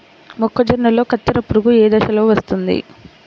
మొక్కజొన్నలో కత్తెర పురుగు ఏ దశలో వస్తుంది?